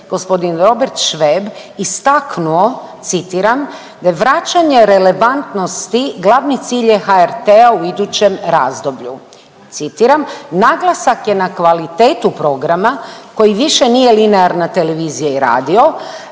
gospodin Robert Šveb istaknuo, citiram, vraćanje relevantnosti glavni cilj je HRT-a u idućem razdoblju. Citiram, naglasak je na kvalitetu programa koji više nije linearna televizija i radio